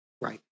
Right